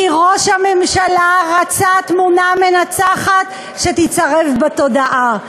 כי ראש הממשלה רצה תמונה מנצחת שתיצרב בתודעה.